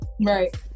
right